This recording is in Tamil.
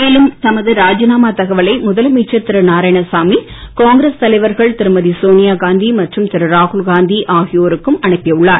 மேலும் தமது ராஜினாமா தகவலை முதலமைச்சர் திரு நாராயணசாமி காங்கிரஸ் தலைவர்கள் திருமதி சோனியாகாந்தி மற்றும் திரு ராகுல்காந்தி ஆகியோருக்கும் அனுப்பி உள்ளார்